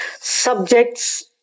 Subjects